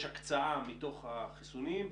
שיש הקצאה מתוך החיסונים,